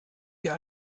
wir